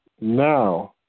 Now